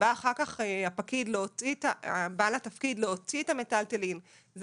כשבא אחר כך בעל התפקיד להוציא את המיטלטלין זה